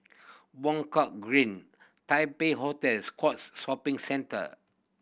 Buangkok Green Taipei Hotel Scotts Shopping Centre